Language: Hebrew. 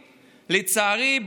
לצערי,